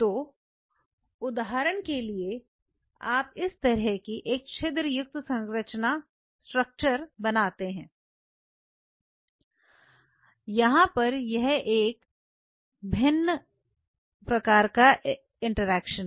तो उदाहरण के लिए आप इस तरह की एक छिद्र युक्त संरचना बनाते हैं यहां पर यह एक भिन्न प्रकार का इंटरेक्शन है